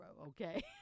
okay